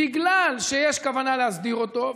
בגלל שיש כוונה להסדיר אותו.